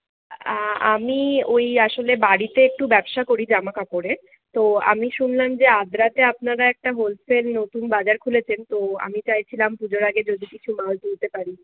আমি ওই আসলে বাড়িতে একটু ব্যবসা করি জামা কাপড়ের তো আমি শুনলাম যে আদ্রাতে আপনারা একটা হোলসেল নতুন বাজার খুলেছেন তো আমি চাইছিলাম পুজোর আগে যদি কিছু মাল তুলতে পারি